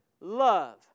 love